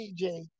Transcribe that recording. DJ